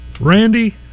Randy